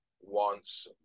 wants